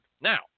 Now